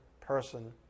person